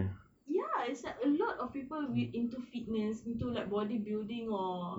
ya it's like a lot of people will into fitness into like bodybuilding or